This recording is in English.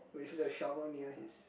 with the shovel near his